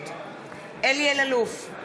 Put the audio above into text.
נגד אלי אלאלוף,